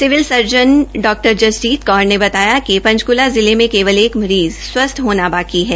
civil surgeon डॉ जसजीत कौर ने बताया कि पंचकूला जिले में केवल एक मरीज़ स्वस्थ होना बाकी है